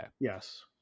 Yes